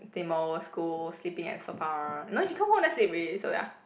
same old school sleeping at sofa no she come home never sleep already so ya